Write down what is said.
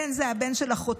בן זה הבן של אחותי.